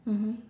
mmhmm